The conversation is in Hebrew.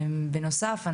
בנוסף,